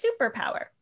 Superpower